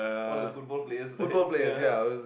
all the football players right ya